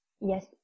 yes